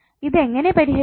ഇത് എങ്ങനെ പരിഹരിക്കും